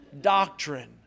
doctrine